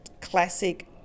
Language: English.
classic